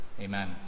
Amen